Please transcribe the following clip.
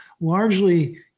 largely